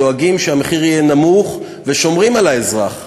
דואגים שהמחיר יהיה נמוך ושומרים על האזרח.